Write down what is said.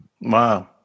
Wow